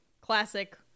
classic